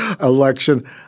election